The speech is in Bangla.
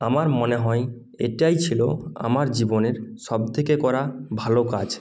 আমার মনে হয় এইটাই ছিলো আমার জীবনের সব থেকে করা ভালো কাজ